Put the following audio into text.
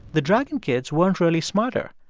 the dragon kids weren't really smarter.